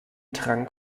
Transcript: trank